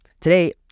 Today